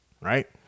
Right